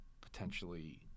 potentially